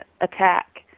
attack